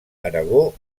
aragó